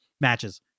matches